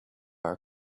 our